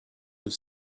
have